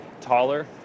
taller